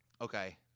Okay